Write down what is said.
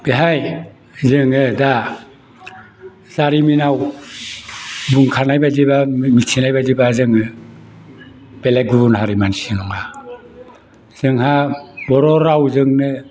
बेहाय जोङो दा जारिमिनाव बुंखानायबायदिब्ला मिथिनायबायदिब्ला जोंबो बेलेग गुबुन हारिनि मानसि नङा जोंहा बर' रावजोंनो